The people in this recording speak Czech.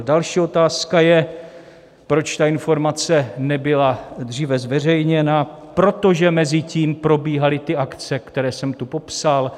Další otázka je, proč ta informace nebyla dříve zveřejněna, protože mezitím probíhaly ty akce, které jsem tu popsal.